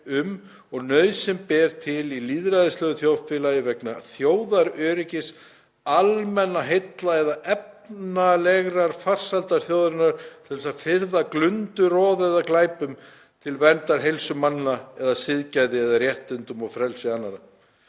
um og nauðsyn ber til í lýðræðislegu þjóðfélagi vegna þjóðaröryggis, almannaheilla eða efnalegrar farsældar þjóðarinnar, til þess að firra glundroða eða glæpum, til verndar heilsu manna eða siðgæði eða réttindum og frelsi annarra.“